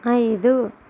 ఐదు